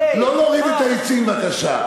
לא להוריד את העצים בבקשה.